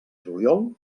juliol